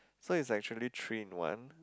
so it's like actually three in one